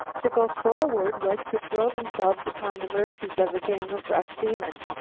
to go forward was to throw themselves upon the mercies of a gang of rough seamen.